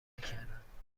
نکردم